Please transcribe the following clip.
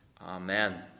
Amen